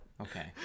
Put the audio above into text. Okay